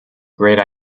great